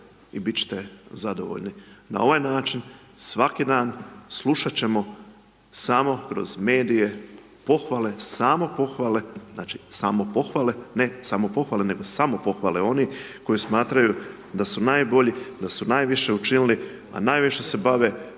i biti ćete zadovoljni. Na ovaj način svaki dan slušati ćemo samo kroz medije pohvale, samo pohvale, znači samopohvale ne samopohvale nego samo pohvale oni koji smatraju da su najbolji, da su najviše učinili, a najviše se bave